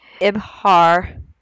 Ibhar